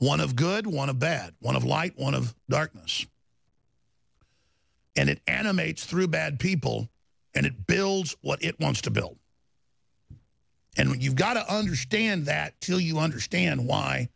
one of good want to bad one of light one of darkness and it animates through bad people and it builds what it wants to build and when you've got to understand that till you understand why